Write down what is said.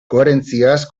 koherentziaz